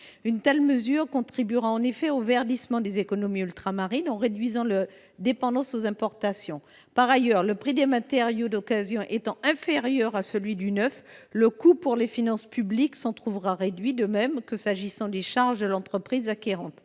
Une telle mesure contribuera au verdissement des économies ultramarines en réduisant leur dépendance aux importations. Par ailleurs, le prix du matériel d’occasion étant inférieur à celui du neuf, le coût pour les finances publiques s’en trouvera réduit, de même que les charges de l’entreprise acquérante.